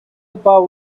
about